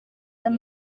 dan